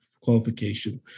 qualification